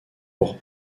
pour